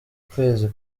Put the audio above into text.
kwezi